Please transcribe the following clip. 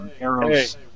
arrows